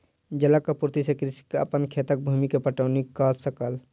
जलक आपूर्ति से कृषक अपन खेतक भूमि के पटौनी कअ सकल